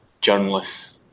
journalists